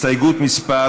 הסתייגות מס'